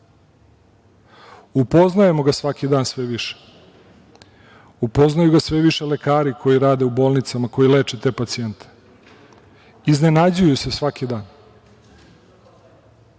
Upoznajemo ga svaki dan sve više. Upoznaju ga sve više lekari koji rade u bolnicama, koji leče te pacijente, iznenađuju se svaki dan.